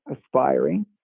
aspiring